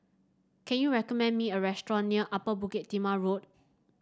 can you recommend me a restaurant near Upper Bukit Timah Road